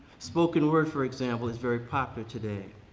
spoken word, for example, is very popular today.